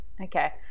Okay